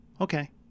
Okay